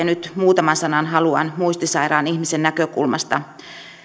nyt muutaman sanan haluan muistisairaan ihmisen näkökulmasta